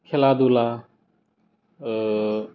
खेला दुला